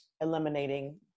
eliminating